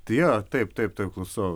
tai jo taip taip klausau